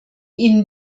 ihnen